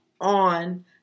on